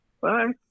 bye